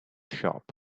shop